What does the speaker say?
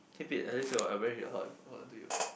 keep it at least your average